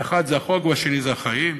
שאחד זה החוק והשני זה החיים,